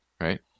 right